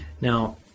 Now